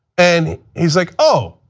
and he's like, oh,